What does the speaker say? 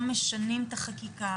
או משנים את החקיקה,